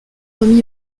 remis